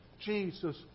Jesus